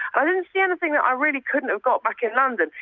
i didn't see anything that i really couldn't have gotten back in london.